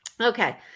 Okay